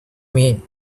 mean